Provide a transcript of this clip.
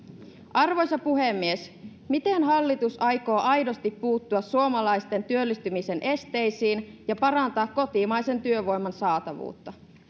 arvoisa puhemies miten hallitus aikoo aidosti puuttua suomalaisten työllistymisen esteisiin ja parantaa kotimaisen työvoiman saatavuutta